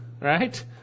Right